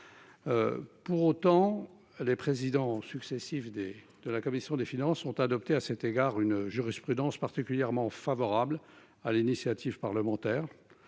Pour autant, les présidents successifs des de la commission des finances ont adopté à cet égard une jurisprudence particulièrement favorable à l'initiative parlementaire